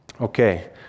Okay